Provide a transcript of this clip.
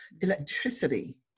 electricity